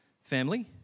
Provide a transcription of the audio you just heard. family